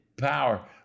power